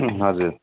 हजुर